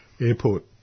airport